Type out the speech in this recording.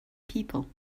people